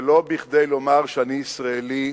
ולא כדי לומר שאני ישראלי.